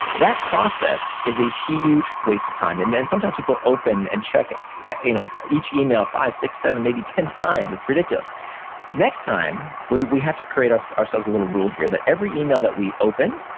that process is a huge waste of time, and then sometimes people open and check ah yeah you know each email five, six, seven, maybe ten times. it's ridiculous next time, we we have to create so ourselves a little rule here, that every email that we open,